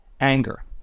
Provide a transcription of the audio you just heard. anger